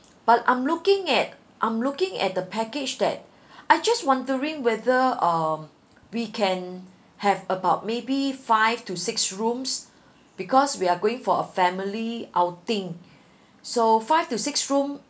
but I'm looking at I'm looking at the package that I just wondering whether um we can have about maybe five to six rooms because we are going for a family outing so five to six room